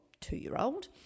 two-year-old